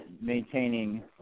maintaining